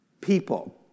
people